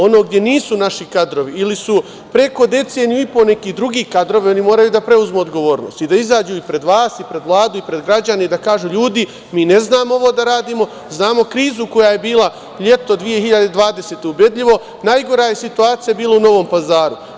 Ono gde nisu naši kadrovi ili su preko deceniju i po neki drugi kadrovi, oni moraju da preuzmu odgovornost i da izađu i pred vas i pred Vladu i pred građane i da kažu – ljudi, mi ne znamo ovo da radimo, znamo krizu koja je bila leto 2020. godine, ubedljivo je najgora situacija bila u Novom Pazaru.